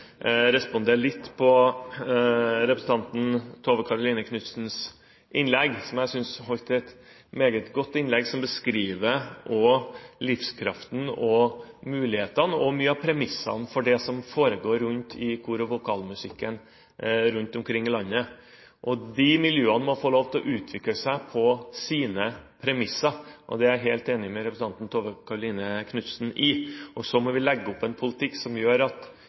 et meget godt innlegg, som beskriver livskraften, mulighetene og mange av premissene for det som foregår i kor- og vokalmusikken rundt omkring i landet. De miljøene må få lov til å utvikle seg på sine premisser – det er jeg helt enig med representanten Tove Karoline Knutsen i. Og så må vi legge opp til en politikk som gjør at